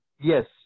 Yes